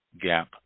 Gap